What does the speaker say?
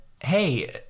hey